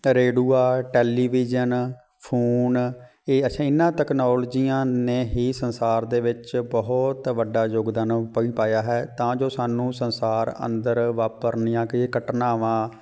ਰੇਡੂਆ television phone ਇਹ ਅੱਛਾ ਇਹਨਾਂ ਟੈਕਨੋਲਜੀਆਂ ਨੇ ਹੀ ਸੰਸਾਰ ਦੇ ਵਿੱਚ ਬਹੁਤ ਵੱਡਾ ਯੋਗਦਾਨ ਪਈ ਪਾਇਆ ਹੈ ਤਾਂ ਜੋ ਸਾਨੂੰ ਸੰਸਾਰ ਅੰਦਰ ਵਾਪਰਨੀਆਂ ਕਈ ਘਟਨਾਵਾਂ